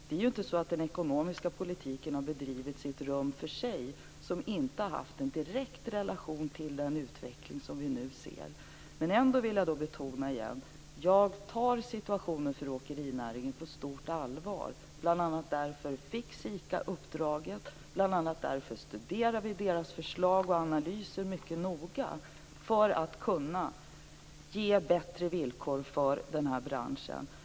Det är ju inte så att den ekonomiska politiken har bedrivits i ett rum för sig som inte har haft en direkt relation till den utveckling som vi nu ser. Men jag vill ändå betona igen: Jag tar situationen för åkerinäringen på stort allvar. Bl.a. därför fick SIKA uppdraget och bl.a. därför studerar vi dess förslag och analyser mycket noga för att kunna ge bättre villkor för den här branschen.